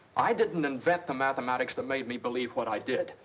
i didn't invent the mathematics that made me believe what i did.